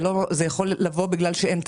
זה יכול לבוא בגלל שאין תזרים.